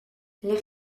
leg